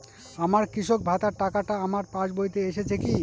আমার কৃষক ভাতার টাকাটা আমার পাসবইতে এসেছে কি?